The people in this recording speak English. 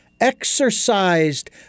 exercised